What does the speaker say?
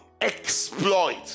exploit